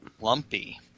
Lumpy